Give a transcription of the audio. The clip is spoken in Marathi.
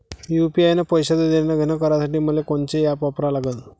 यू.पी.आय न पैशाचं देणंघेणं करासाठी मले कोनते ॲप वापरा लागन?